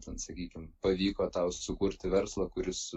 ten sakykim pavyko tau sukurti verslą kuris